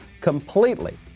completely